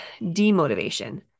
demotivation